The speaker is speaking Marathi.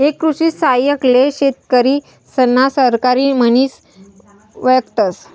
एक कृषि सहाय्यक ले शेतकरिसना सहकारी म्हनिस वयकतस